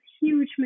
huge